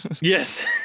Yes